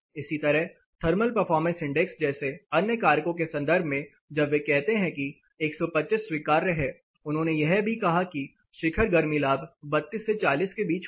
इसी तरह thermal performance index जैसे अन्य कारकों के संदर्भ में जब वे कहते हैं कि 125 स्वीकार्य है उन्होंने यह भी कहा कि शिखर गर्मी लाभ 32 से 40 के बीच होगा